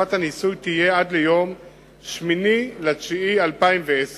תקופת הניסוי תהיה עד ליום 8 בספטמבר 2010,